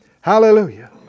Hallelujah